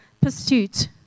pursuit